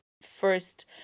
first